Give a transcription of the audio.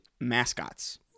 mascots